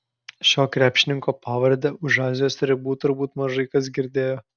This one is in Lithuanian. šio krepšininko pavardę už azijos ribų turbūt mažai kas girdėjo